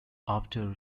after